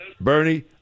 Bernie